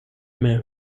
mehr